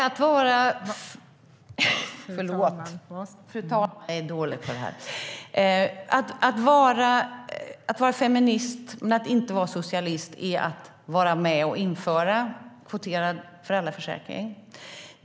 Fru talman! Att vara feminist utan att vara socialist är att vara med och införa en kvoterad föräldraförsäkring.